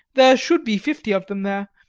there should be fifty of them there,